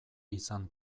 izan